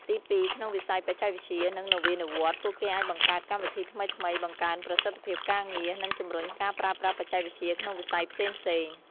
ទីពីរ ក្នុងវិស័យបច្ចេកវិទ្យា និងនវានុវត្តន៍ ពួកគេអាចបង្កើតកម្មវិធីថ្មីៗ បង្កើនប្រសិទ្ធភាពការងារ និងជំរុញការប្រើប្រាស់បច្ចេកវិទ្យាក្នុងវិស័យផ្សេងៗ។